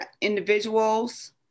individuals